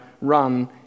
run